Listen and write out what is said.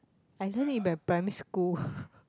I learn it by primary school